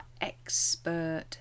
expert